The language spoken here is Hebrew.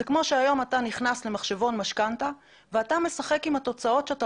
זה כמו שהיום אתה נכנס למחשבון משכנתא ואתה משחק עם התוצאות שאתה